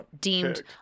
deemed